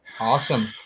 Awesome